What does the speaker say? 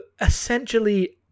essentially